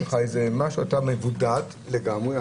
כאן אתה מבודד לגמרי.